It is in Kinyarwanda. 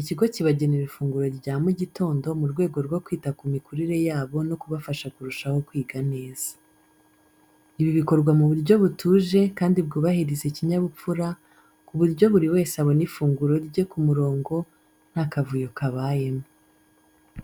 ikigo kibagenera ifunguro rya mu gitondo mu rwego rwo kwita ku mikurire yabo no kubafasha kurushaho kwiga neza. Ibi bikorwa mu buryo butuje kandi bwubahiriza ikinyabupfura, ku buryo buri wese abona ifunguro rye ku murongo, nta kavuyo kabayemo.